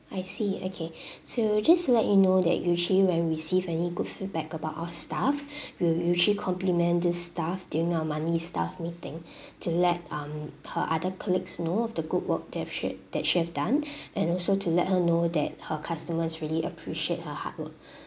I see okay so just to let you know that usually when we receive any good feedback about our staff we'll usually compliment this staff during our monthly staff meeting to let um her other colleagues know of the good work that she that she have done and also to let her know that her customers really appreciate her hard work